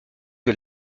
que